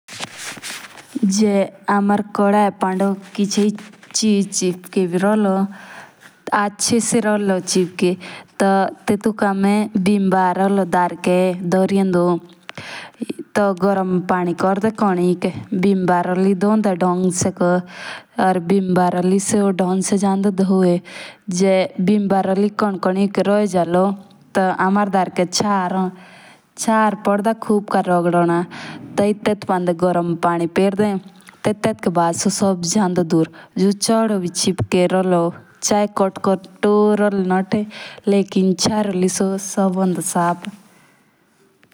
जे हमारे कोडाया पंडो जे किचे चिज़ चिपके बी रोलो आचे से रोलो चिपटी टू टेटुक हामे बिमदार होलो धारके धरियेन्डो तो गरम पानी कोर्डे कोनिक या बिम्बारो लेई धोयी पो कोरटे ते धांग से को। या हमारे धरके चार हों तो चार साथ गरम पानी ते कोर्डे या टीबी ढूंढे ते।